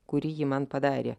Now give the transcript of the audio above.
kurį ji man padarė